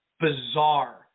bizarre